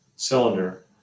cylinder